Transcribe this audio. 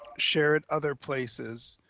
share it other places,